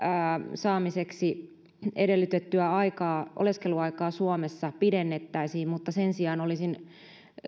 saamiseksi edellytettyä oleskeluaikaa suomessa pidennettäisiin mutta sen sijaan olisin